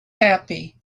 happy